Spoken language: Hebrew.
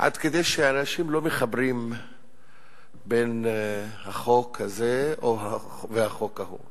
עד שאנשים לא מחברים בין החוק הזה והחוק ההוא.